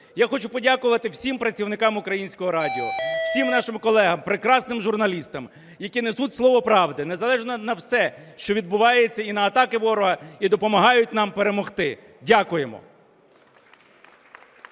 Я хочу подякувати всім працівникам Українського радіо, всім нашим колегам прекрасним журналістам, які несуть слово правди незалежно… на все, що відбувається, і на атаки ворога, і допомагають нам перемогти. Дякуємо.